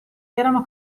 erano